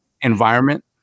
environment